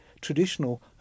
traditional